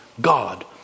God